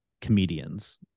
comedians